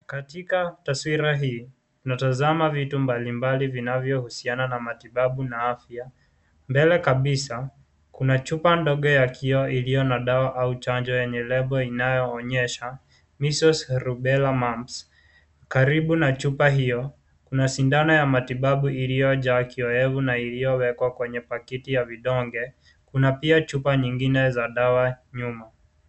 Katika taswira hii, tunatazama vitu mbalimbali vinavyohusiana na matibabu na afya. Mbele kabisa kuna chupa ndogo ya kioo iiyo na dawa au chanjo yenye lebo inayoonyesha measles, rubella, mumps . Karibu na chupa hio kuna sindano ya matiabu iliyojaa kiowevu na iliyowekwa kwenye pakiti ya vidonge. Kuna pia chupa za dawa nyuma.